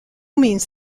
means